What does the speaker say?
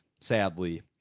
sadly